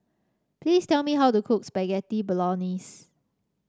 please tell me how to cook Spaghetti Bolognese